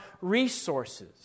resources